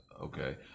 Okay